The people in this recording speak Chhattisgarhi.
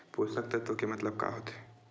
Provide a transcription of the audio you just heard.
पोषक तत्व के मतलब का होथे?